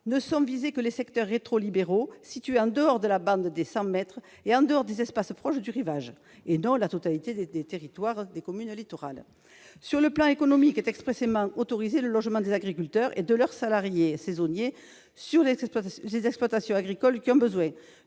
ne sont visés que les secteurs rétro-littoraux, situés en dehors de la bande des 100 mètres et en dehors des espaces proches du rivage, et non pas la totalité des territoires des communes littorales. Sur le plan économique, le logement des agriculteurs et de leurs salariés saisonniers est expressément autorisé sur les exploitations agricoles qui ont besoin